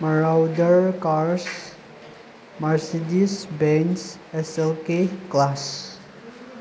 marauder cars Mercedes Benz S L K class